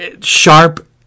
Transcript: sharp